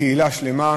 לקהילה שלמה,